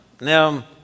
Now